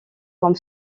comme